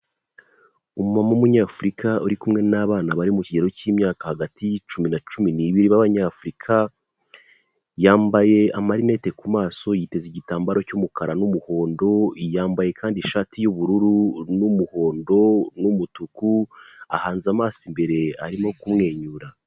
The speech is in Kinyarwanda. Umumama w'Umunyafurika uri kumwe n'abana bari mu kigero cy'imyaka hagati y'icumi na cumi n'ibiri b'Abanyafurika. Yambaye amarinete ku maso, yiteze igitambaro cy'umukara n'umuhondo. Yambaye kandi ishati y'ubururu, n'umuhondo, n'umutuku. Ahanze amaso imbere arimo kumwenyura.